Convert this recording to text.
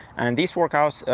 and these workouts,